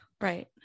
Right